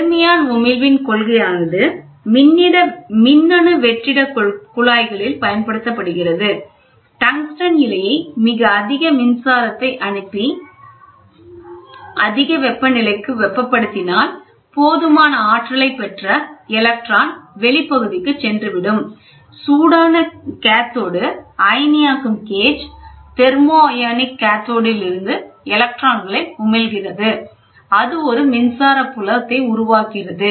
thermion உமிழ்வின் கொள்கையானது மின்னணு வெற்றிட குழாய்களில் பயன்படுத்தப்படுகிறது டங்ஸ்டன் இழையை மிக அதிக மின்சாரத்தை அனுப்பி அதிக வெப்ப நிலைக்கு வெப்ப படுத்தினால் போதுமான ஆற்றலைப் பெற்ற எலக்ட்ரான் வெளி பகுதிக்கு சென்று விடும் சூடான கேத்தோடு அயனியாக்கம் கேஜ் தெர்மோ அயனிக் கத்தோடில் இருந்து எலக்ட்ரான்களை உமிழ்கிறது அது ஒரு மின்சார புலம் உருவாக்குகிறது